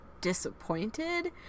disappointed